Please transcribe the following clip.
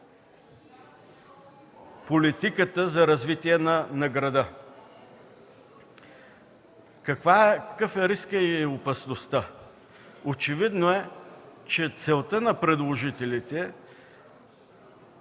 политиката за развитие на града. Какъв е рискът и опасността? Очевидно е, че целта на предложителите –